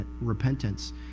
repentance